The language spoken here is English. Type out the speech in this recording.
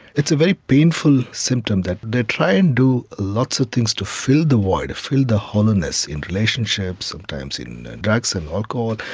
it's a very painful symptom. they try and do lots of things to fill the void, fill the hollowness, in relationships, sometimes in drugs and alcohol,